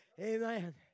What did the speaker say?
Amen